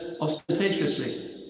ostentatiously